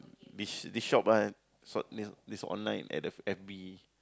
bis~ this shop one ah is online at the F_B